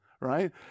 Right